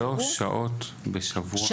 3 שעות בשבוע?